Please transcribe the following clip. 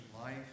life